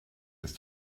ist